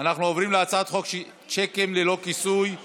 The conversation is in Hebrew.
אנחנו עוברים להצעת חוק שיקים ללא כיסוי (תיקון,